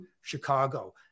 Chicago